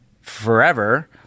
forever